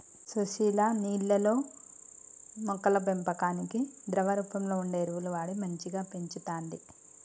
సుశీల నీళ్లల్లో మొక్కల పెంపకానికి ద్రవ రూపంలో వుండే ఎరువులు వాడి మంచిగ పెంచుతంది